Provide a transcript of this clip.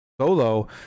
solo